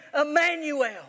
Emmanuel